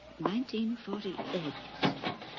1948